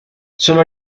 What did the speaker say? sono